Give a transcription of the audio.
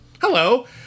Hello